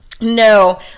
No